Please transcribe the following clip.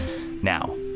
Now